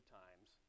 times